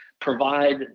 provide